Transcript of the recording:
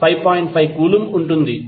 5 coulomb ఉంటుంది